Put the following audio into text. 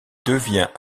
devient